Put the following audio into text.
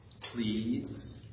Please